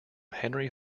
henry